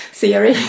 theory